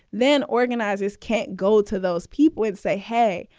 then organizes can't go to those people and say, hey,